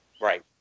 right